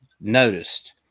noticed